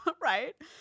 right